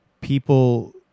people